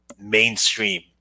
mainstream